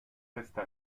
resta